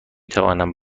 توانم